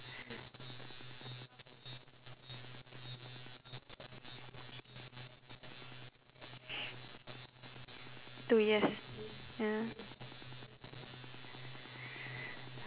two years ya